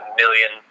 million